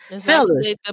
Fellas